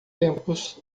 tempos